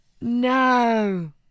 No